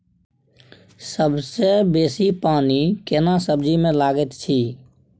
सबसे बेसी पानी केना सब्जी मे लागैत अछि?